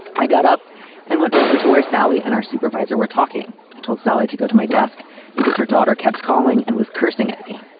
i got up and went over to where sally and our supervisor were talking. i and told sally to go to my desk because her daughter kept calling and was cursing at me.